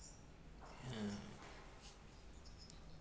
ya